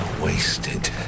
wasted